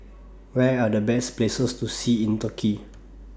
Where Are The Best Places to See in Turkey